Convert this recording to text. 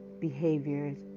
behaviors